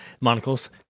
Monocle's